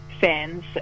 fans